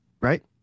Right